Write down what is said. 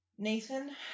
Nathan